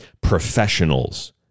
professionals